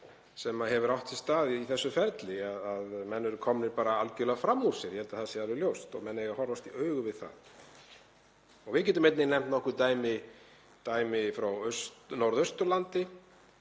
sem hefur átt sér stað í þessu ferli, að menn eru komnir algjörlega fram úr sér, ég held að það sé alveg ljóst. Menn eiga að horfast í augu við það. Við getum einnig nefnt nokkur dæmi frá Norðausturlandi.